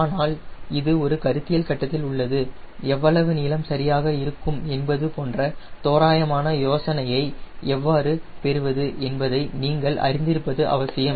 ஆனால் இது ஒரு கருத்தியல் கட்டத்தில் உள்ளது எவ்வளவு நீளம் சரியாக இருக்கும் என்பது போன்ற தோராயமான யோசனையை எவ்வாறு பெறுவது என்பதை நீங்கள் அறிந்திருப்பது அவசியம்